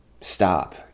stop